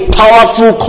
powerful